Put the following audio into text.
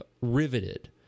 riveted